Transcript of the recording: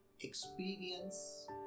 experience